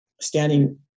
standing